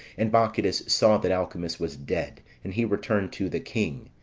and bacchides saw that alcimus was dead and he returned to the king,